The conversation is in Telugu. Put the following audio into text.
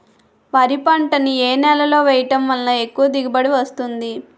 వరి పంట ని ఏ నేలలో వేయటం వలన ఎక్కువ దిగుబడి వస్తుంది?